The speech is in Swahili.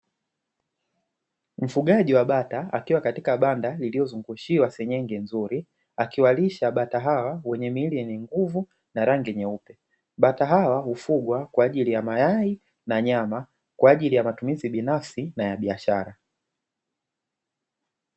Mfugaji wa bata akiwa katika banda lililozungushiwa senyenge nzuri akiwalisha bata hawa wenye miili yenye nguvu na rangi nyeupe. Bata hawa hufugwa kwa ajili ya mayai na nyama kwa ajili ya matumizi binafsi na ya biashara.